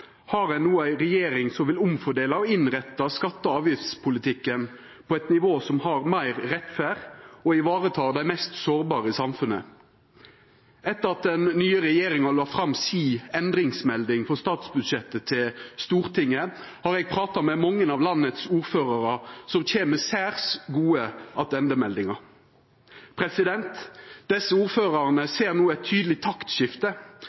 har ein no ei regjering som vil omfordela og innretta skatte- og avgiftspolitikken på eit nivå som er meir rettferdig og tek vare på dei mest sårbare i samfunnet. Etter at den nye regjeringa la fram sin endringsproposisjon til statsbudsjettet for Stortinget, har eg prata med mange av ordførarane i landet, som kjem med særs gode attendemeldingar. Desse ordførarane ser no eit tydeleg taktskifte,